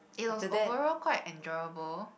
it was overall quite enjoyable